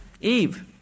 Eve